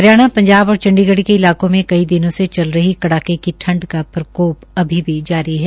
हरियाणा पंजाब और चंडीगढ़ के इलाकों में कई दिनों से चल रही कड़ाके की ठंड का प्रकोप अभी भी जारी है